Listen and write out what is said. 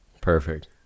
Perfect